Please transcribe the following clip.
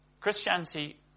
Christianity